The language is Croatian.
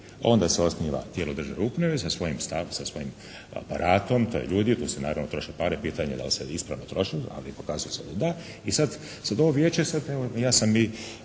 Onda se osniva tijelo državne uprave sa svojim stavom, sa svojim aparatom, … /Ne razumije se./ … tu se naravno troše pare, pitanje je da li se ispravno troše ali pokazuje se da da i sad ovo vijeće, evo ja sam i